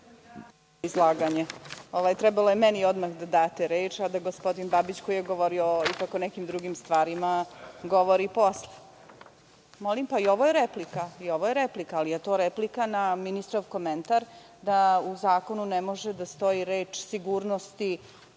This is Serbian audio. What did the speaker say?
Trebalo je meni odmah da date reč, a da gospodin Babić koji je govorio o nekim drugim stvarima govori posle.(Zoran Babić, sa mesta: Bila je replika.)Pa i ovo je replika, ali je to replika na ministrov komentar da u zakonu ne može da stoji reč „sigurnosti